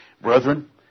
Brethren